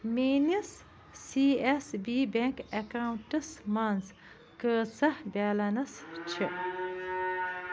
میٛٲنِس سی S B bank accounts منٛز کۭژاہ بیلَنٕس چھِ